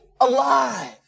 alive